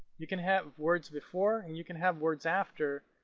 you can have words before and you can have words after.